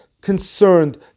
concerned